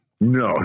No